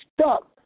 stuck